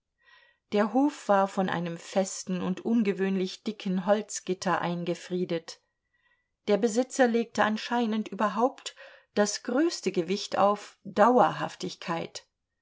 der hof war von einem festen und ungewöhnlich dicken holzgitter eingefriedigt der besitzer legte anscheinend überhaupt das größte gewicht auf dauerhaftigkeit